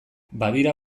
badira